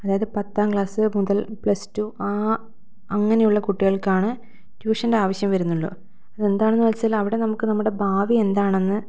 അതായത് പത്താം ക്ലാസ് മുതൽ പ്ലസ് ടു ആ അങ്ങനെയുള്ള കുട്ടികൾക്കാണ് ട്യൂഷൻ്റെ ആവശ്യം വരുന്നുള്ളൂ അത് എന്താണെന്ന് വെച്ചാൽ അവിടെ നമുക്ക് നമ്മുടെ ഭാവി എന്താണെന്ന്